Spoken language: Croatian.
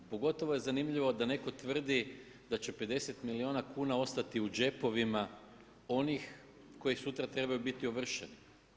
Pogotovo je zanimljivo da netko tvrdi da će 50 milijuna kuna ostati u džepovima onih koji sutra trebaju biti ovršeni.